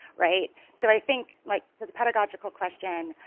right? so i think, like, for the pedagogical question,